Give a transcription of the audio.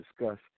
discuss